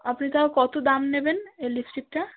আপনি তাও কতো দাম নেবেন এই লিপস্টিকটা